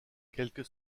quelques